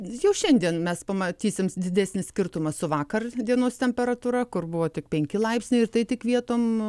jau šiandien mes pamatysim didesnį skirtumą su vakar dienos temperatūra kur buvo tik penki laipsniai ir tai tik vietom